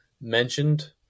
mentioned